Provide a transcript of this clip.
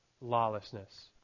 lawlessness